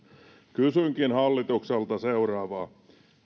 kysynkin hallitukselta seuraavaa